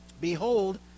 Behold